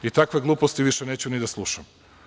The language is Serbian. I takve gluposti više neću ni da slušam.